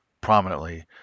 prominently